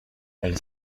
elles